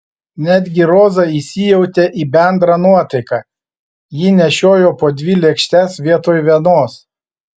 netgi roza įsijautė į bendrą nuotaiką ji nešiojo po dvi lėkštes vietoj vienos